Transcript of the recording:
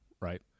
right